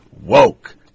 woke